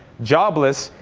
jobless,